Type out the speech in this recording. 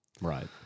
Right